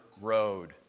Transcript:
road